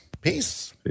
Peace